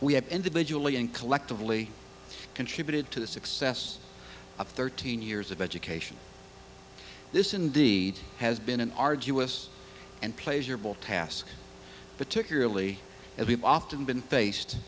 we have individual and collectively contributed to the success of thirteen years of education this indeed has been an arduous and pleasurable task particularly as we've often been faced